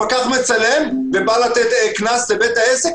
הפקח מצלם ובא לתת קנס לבית העסק.